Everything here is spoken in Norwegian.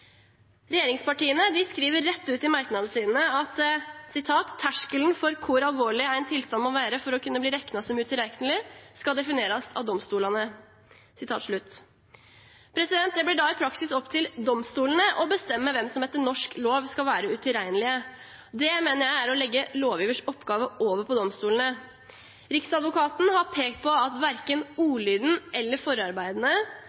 Regjeringspartiene Høyre og Fremskrittspartiet skriver rett ut i merknadene sine at «terskelen for kor alvorleg ein tilstand må vere for å kunne bli rekna som utilrekneleg, skal definerast av domstolane». Det blir i praksis opp til domstolene å bestemme hvem som etter norsk lov skal være utilregnelig. Det mener jeg er å legge lovgivers oppgave over på domstolene. Riksadvokaten har pekt på at verken